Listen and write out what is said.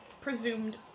presumed